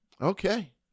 Okay